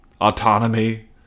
autonomy